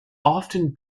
often